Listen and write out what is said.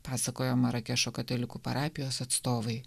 pasakojo marakešo katalikų parapijos atstovai